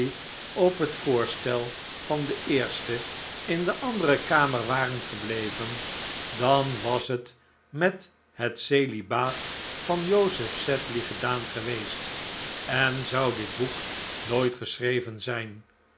op het voorstel van den eerste in de andere kamer waren gebleven dan was het met het celibaat van joseph sedley gedaan geweest en zou dit boek nooit geschreven zijn